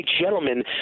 gentlemen